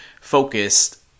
focused